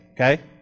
okay